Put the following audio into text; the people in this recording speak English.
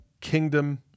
kingdom